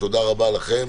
תודה רבה לכם.